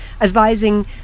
advising